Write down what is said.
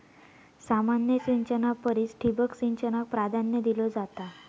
सामान्य सिंचना परिस ठिबक सिंचनाक प्राधान्य दिलो जाता